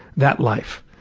that life.